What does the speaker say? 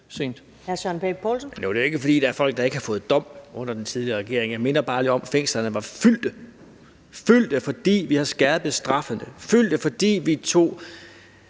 det jo ikke, fordi der er folk, der ikke har fået dom, under den tidligere regering. Jeg minder bare lige om, at fængslerne var fyldte – fyldte, fordi vi havde skærpet straffene, fyldte, fordi vi tog